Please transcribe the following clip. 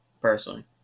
personally